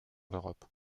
l’europe